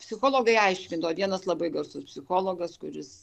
psichologai aiškino vienas labai garsus psichologas kuris